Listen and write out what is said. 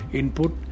input